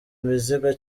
imizigo